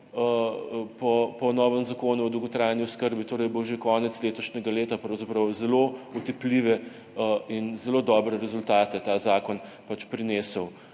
po novem Zakonu o dolgotrajni oskrbi, torej bo že konec letošnjega leta pravzaprav zelo otipljive in zelo dobre rezultate ta zakon pač prinesel.